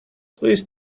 please